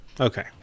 Okay